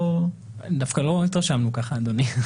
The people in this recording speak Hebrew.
דווקא לא התרשמנו ככה, אדוני.